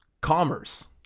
Commerce